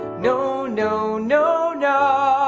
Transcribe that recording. no no no no.